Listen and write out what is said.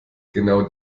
genau